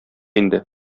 инде